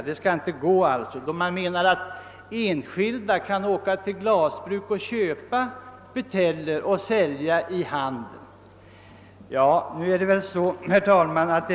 Man menar att enskilda kan åka till glasbruk och köpa buteljer för att sedan sälja dem i handeln.